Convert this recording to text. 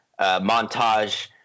montage